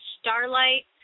starlight